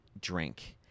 drink